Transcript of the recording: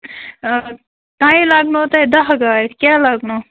tile لَگنو تۄہہِ دَہ گاڑِ کیٛاہ لَگنو